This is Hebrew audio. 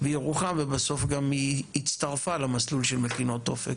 בירוחם ובסוף היא גם הצטרפה למסלול של מכינות אופק.